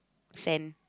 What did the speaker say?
fan